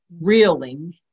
reeling